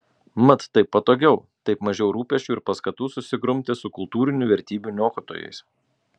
mat taip patogiau taip mažiau rūpesčių ir paskatų susigrumti su kultūrinių vertybių niokotojais